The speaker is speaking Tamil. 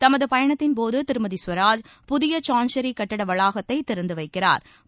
தமது பயணத்தின்போது திருமதி சுவராஜ் புதிய சான்ஸ்சரி கட்டிட வளாகத்தை திறந்து வைக்கிறா்